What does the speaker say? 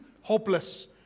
hopeless